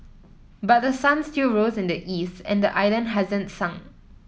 but the sun still rose in the east and the island hasn't sunk